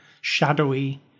shadowy